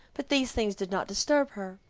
but these things did not disturb her.